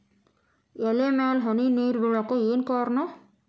ಎಲೆ ಮ್ಯಾಲ್ ಹನಿ ನೇರ್ ಬಿಳಾಕ್ ಏನು ಕಾರಣ?